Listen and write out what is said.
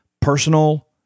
personal